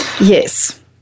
Yes